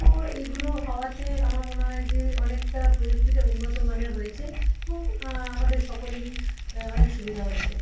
তো এইগুলো হওয়াতে আমার মনে হয়ে যে অনেকটা প্রযুক্তিটা উন্নত মানের হয়েছে এবং আমাদের সকলেরই অনেক সুবিধা হয়েছে